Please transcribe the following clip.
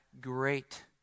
great